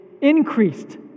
increased